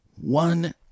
One